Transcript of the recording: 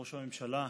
ראש הממשלה,